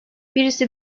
birisi